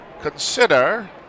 Consider